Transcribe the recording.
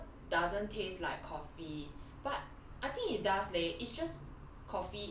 可是你说 doesn't taste like coffee but I think it does leh it's just